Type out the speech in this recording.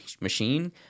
machine